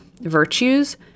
virtues